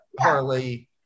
Harley